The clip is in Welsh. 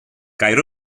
gair